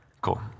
Cool